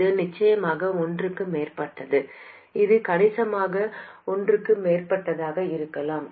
இது நிச்சயமாக ஒன்றுக்கு மேற்பட்டது இது கணிசமாக ஒன்றுக்கு மேற்பட்டதாக இருக்கலாம்